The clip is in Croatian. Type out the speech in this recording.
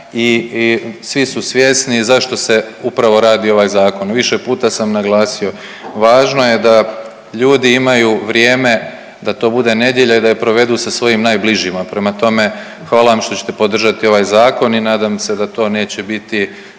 i svi su svjesni zašto se upravo radi ovaj zakon. Više puta sam naglasio, važno je da ljudi imaju vrijeme da to bude nedjelja i da ju provedu sa svojim najbližima, prema tome hvala vam što ćete podržati ovaj zakon i nadam se da to neće biti